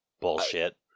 bullshit